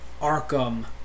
Arkham